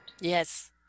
Yes